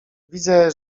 widzę